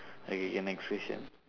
okay K next question